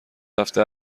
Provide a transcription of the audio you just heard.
هفته